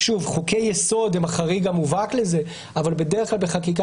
חוקי-יסוד הם החריג המובהק לזה אבל בדרך כלל בחקיקה